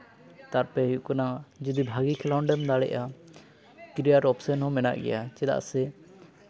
ᱛᱟᱨᱯᱚᱨᱮ ᱦᱩᱭᱩᱜ ᱠᱟᱱᱟ ᱡᱩᱫᱤ ᱵᱷᱟᱹᱜᱤ ᱠᱷᱮᱞᱳᱰ ᱮᱢ ᱫᱟᱲᱮᱭᱟᱜᱼᱟ ᱠᱨᱤᱭᱟᱨ ᱚᱯᱷᱥᱮᱱ ᱦᱚᱸ ᱦᱮᱱᱟᱜ ᱜᱮᱭᱟ ᱪᱮᱫᱟᱜ ᱥᱮ